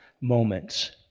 moments